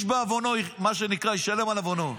מה שנקרא, איש ישלם על עוונו.